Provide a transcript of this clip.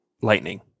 lightning